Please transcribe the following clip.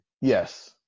yes